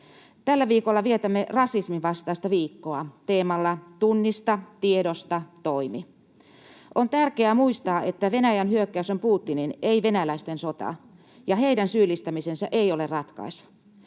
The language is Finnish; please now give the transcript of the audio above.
Tällä viikolla vietämme Rasisminvastaista viikkoa teemalla "Tunnista, tiedosta, toimi". On tärkeää muistaa, että Venäjän hyökkäys on Putinin, ei venäläisten, sota, ja heidän syyllistämisensä ei ole ratkaisu.